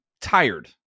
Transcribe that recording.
tired